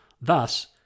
Thus